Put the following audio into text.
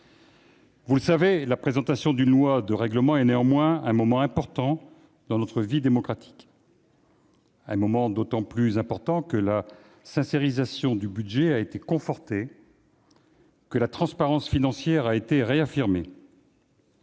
Vous le savez, la présentation d'un projet de loi de règlement est néanmoins un moment important dans notre vie démocratique, d'autant plus que la sincérisation du budget a été confortée et que la transparence financière a été réaffirmée.